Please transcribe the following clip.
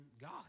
God